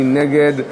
מי נגד?